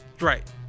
Right